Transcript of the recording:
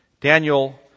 Daniel